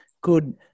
good